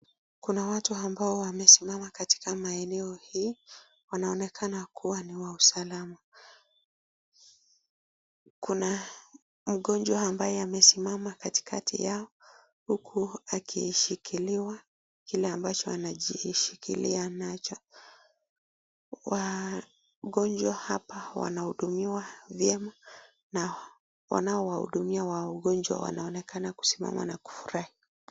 Kuna watu ambao wamesimama katika maeneo hii, wanaonekana kuwa ni wa usalama. Kuna mgonjwa ambaye amesimama katikati yao huku akishikiliwa, kile ambacho anajishikilia nacho. Wagonjwa hapa wanahudumiwa vyema na wanao wahudumia wagonjwa wanaonekana kusimama na kufurahi.